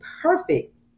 perfect